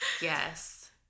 Yes